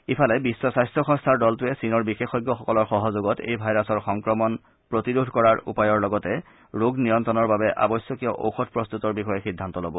ইফালে বিশ্ব স্বাস্থ্য সংস্থাৰ দলটোৱে চীনৰ বিশেষজ্ঞসকলৰ সহযোগত এই ভাইৰাছ সংক্ৰমণ প্ৰতিৰোধী উপায়ৰ লগতে ৰোগৰ নিয়ন্ত্ৰণৰ বাবে আৱশ্যকীয় ঔষধ প্ৰস্তুতৰ বিষয়ে সিদ্ধান্ত ল'ব